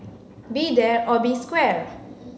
be there or be square